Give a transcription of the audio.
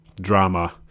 drama